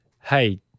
hey